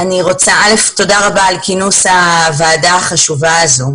תודה רבה על כינוס הוועדה החשובה הזו.